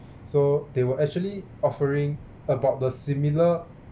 so they were actually offering about the similar